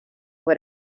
what